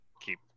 keep